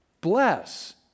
Bless